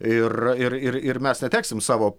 ir ir ir mes neteksim savo